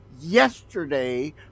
yesterday